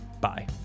Bye